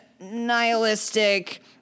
nihilistic